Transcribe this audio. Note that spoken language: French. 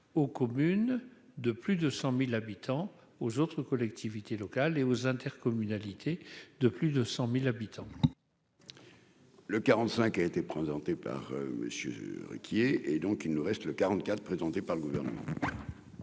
aux communes de plus de 100000 habitants aux autres collectivités locales et aux intercommunalités de plus de 100000 habitants. Le 45 a été présenté par Monsieur Ruquier et donc il nous reste le quarante-quatre présenté par le gouvernent.